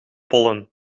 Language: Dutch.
pollen